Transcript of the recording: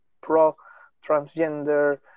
pro-transgender